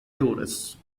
tourists